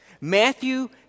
Matthew